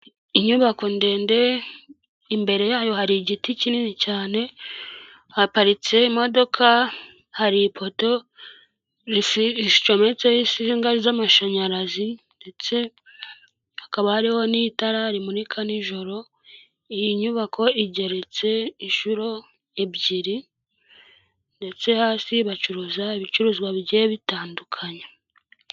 Inyubako ndende imbere yayo hari igiti kinini cyane, haparitse imodoka, hari ipoto zicometseho insinga z'amashanyarazi ndetse hakaba hariho n'itara rimurika n'ijoro, iyi nyubako igeretse inshuro ebyiri ndetse hasi bacuruza ibicuruzwa bigiye bitandukanye.